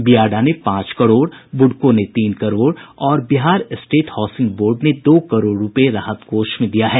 बियाडा ने पांच करोड़ बुडको ने तीन करोड़ और बिहार स्टेट हाउसिंग बोर्ड ने दो करोड़ रूपये राहत कोष में दिया है